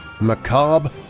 Macabre